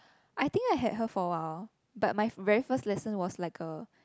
I think I had her for a while but my very first lesson was like a